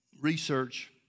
research